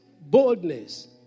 boldness